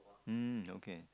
mm okay